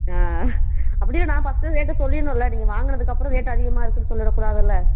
ஆ அப்படி இல்லை நான் ஃபர்ஸ்ட்டு ரேட்டை சொல்லிடணும்ல நீங்கள் வாங்குனதுக்கப்புறம் ரேட் அதிகமாக இருக்குன்னு சொல்லிவிடக் கூடாதுல்ல